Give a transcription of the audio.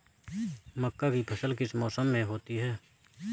मक्का की फसल किस मौसम में होती है?